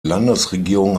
landesregierung